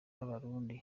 b’abarundi